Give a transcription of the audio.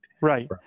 Right